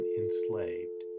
enslaved